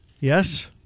Yes